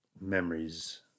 memories